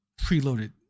preloaded